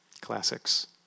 Classics